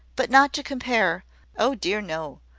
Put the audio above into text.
but not to compare oh, dear, no!